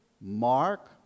Mark